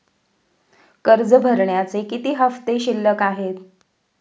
कर्ज भरण्याचे किती हफ्ते शिल्लक आहेत?